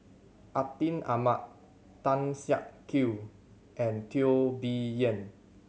Atin Amat Tan Siak Kew and Teo Bee Yen